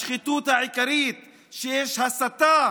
השחיתות העיקרית היא שיש הסתה